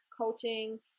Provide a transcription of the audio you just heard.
coaching